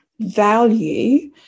value